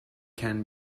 can